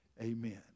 amen